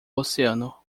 oceano